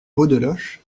beaudeloche